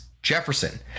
Jefferson